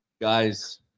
guys